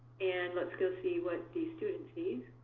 and let's go see what the student sees.